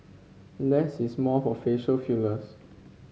less is more for facial fillers